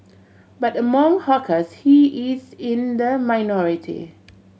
but among hawkers he is in the minority